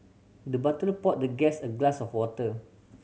the butler poured the guest a glass of water